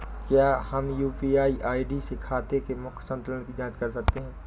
क्या हम UPI ID से खाते के मूख्य संतुलन की जाँच कर सकते हैं?